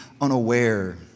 unaware